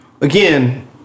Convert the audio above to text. again